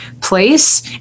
place